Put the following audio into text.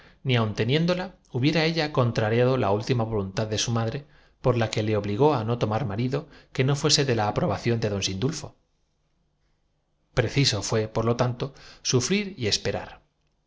ni aun teniéndola hubiera ella contrariado la su atrevido pensamiento lo que le valió una negativa última voluntad de su madre por la que le obligó á rotunda si bien regada con amargo llanto de clara no tomar marido que no fuese de la aprobación de don que no se resolvía á explicar el motivo de su oposición sindulfo hombre de dios venga usté acále dijo juanita preciso fué por lo tanto sufrir y esperar